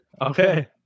okay